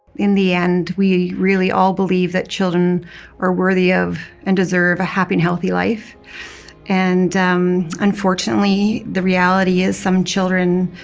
in the end we really all believe that children are worthy of and deserve a happy and healthy life and unfortunately the reality is that some children